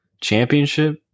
Championship